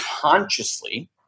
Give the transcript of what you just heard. consciously